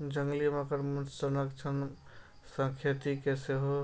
जंगली मगरमच्छ संरक्षण सं खेती कें सेहो